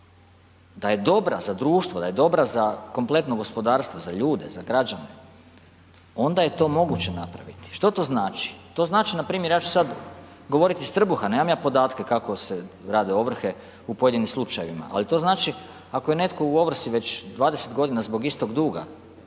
da je dobra za društvo, da je dobra za kompletno gospodarstvo, za ljude, za građane onda je to moguće napraviti, što to znači? To znači npr., ja ću sad govoriti iz trbuha, nemam ja podatke kako se rade ovrhe u pojedinim slučajevima, ali to znači ako je netko u ovrsi već 20 g. zbog istog duga,